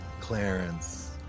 Clarence